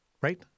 Right